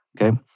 okay